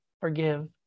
forgive